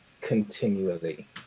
continually